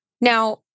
Now